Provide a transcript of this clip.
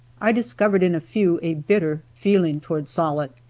i discovered in a few a bitter feeling toward sollitt,